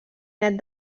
nét